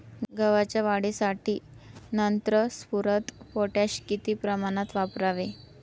गव्हाच्या वाढीसाठी नत्र, स्फुरद, पोटॅश किती प्रमाणात वापरावे?